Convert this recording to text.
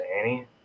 Annie